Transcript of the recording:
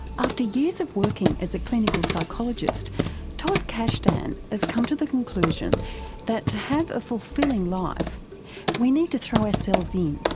after years of working as a clinical psychologist todd kashdan has come to the conclusion that to have a fulfilling life we need to throw ourselves in,